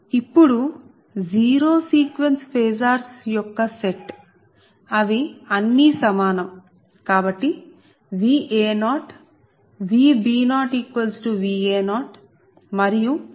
ఇప్పుడు zero sequence phasors యొక్క set అవి అన్నీ సమానం కాబట్టి Va0 Vb0Va0 మరియు Vc0Va0 అవుతుంది